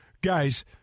Guys